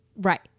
Right